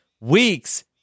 week's